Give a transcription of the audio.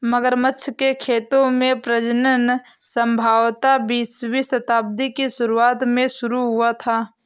मगरमच्छ के खेतों में प्रजनन संभवतः बीसवीं शताब्दी की शुरुआत में शुरू हुआ था